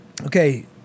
Okay